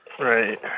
Right